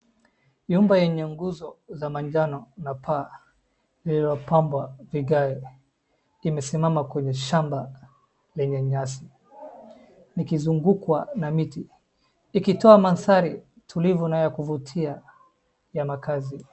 Nyumba yenye mguzo wa manjano na paa lililopambwa vigae imesimama kwenye shamba la nyasi likizungukwa na miti ikitoa mandhari tulivu inayo kuvutia ya makazi.